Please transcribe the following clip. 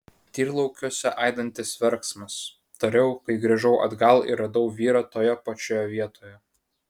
tyrlaukiuose aidintis verksmas tariau kai grįžau atgal ir radau vyrą toje pačioje vietoje